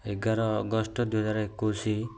ଏଗାର ଅଗଷ୍ଟ ଦୁଇହଜାର ଏକୋଇଶି